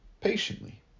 patiently